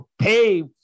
pay